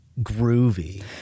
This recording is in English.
groovy